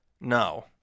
No